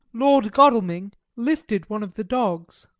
lord godalming lifted one of the dogs,